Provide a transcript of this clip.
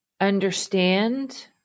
understand